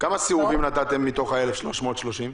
כמה סירובים נתתם מתוך ה-1,330?